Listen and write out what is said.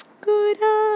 Good